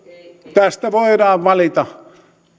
tästä voidaan valita